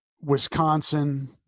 Wisconsin